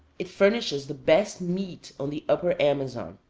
it furnishes the best meat on the upper amazon.